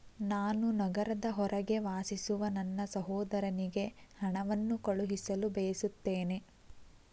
ನಾನು ನಗರದ ಹೊರಗೆ ವಾಸಿಸುವ ನನ್ನ ಸಹೋದರನಿಗೆ ಹಣವನ್ನು ಕಳುಹಿಸಲು ಬಯಸುತ್ತೇನೆ